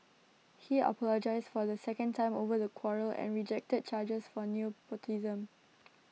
he apologised for A second time over the quarrel and rejected charges for new